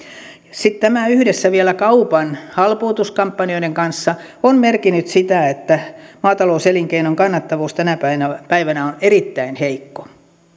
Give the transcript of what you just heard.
tämä yhdessä vielä kaupan halpuutuskampanjoiden kanssa on merkinnyt sitä että maatalouselinkeinon kannattavuus tänä päivänä päivänä on erittäin heikko